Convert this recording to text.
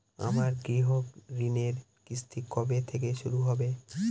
আমার গৃহঋণের কিস্তি কবে থেকে শুরু হবে?